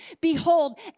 Behold